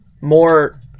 more